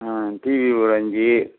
ஆ TV ஒரு அஞ்சு